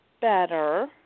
better